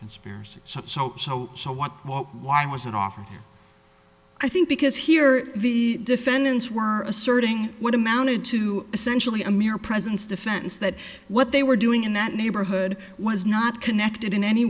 conspiracy sub so how what why was it off i think because here the defendants were asserting what amounted to essentially a mere presence defense that what they were doing in that neighborhood was not connected in any